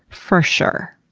for sure.